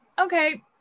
okay